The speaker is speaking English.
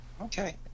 Okay